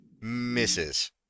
misses